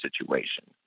situation